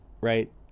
right